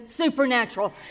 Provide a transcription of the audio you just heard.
supernatural